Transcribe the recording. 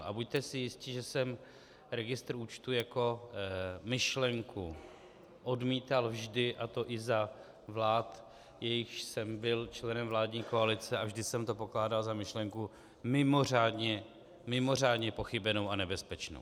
A buďte si jisti, že jsem registr účtů jako myšlenku odmítal vždy, a to i za vlád, jejichž jsem byl členem vládní koalice, a vždy jsem to pokládal za myšlenku mimořádně, mimořádně pochybenou a nebezpečnou.